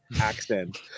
accent